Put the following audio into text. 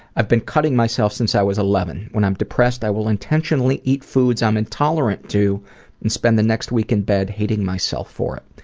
i've been cutting myself since i was eleven. when i'm depressed, i will intentionally eat foods i'm intolerant to and spend the next week in bed hating myself for it.